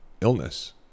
illness